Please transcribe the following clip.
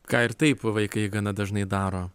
ką ir taip vaikai gana dažnai daro